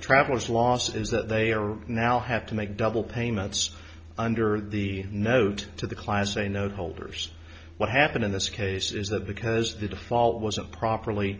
travelers loss is that they are now have to make double payments under the note to the class a note holders what happened in this case is that because the default wasn't properly